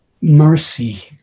mercy